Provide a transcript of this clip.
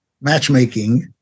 matchmaking